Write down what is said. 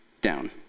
down